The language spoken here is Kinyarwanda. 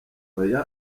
hoya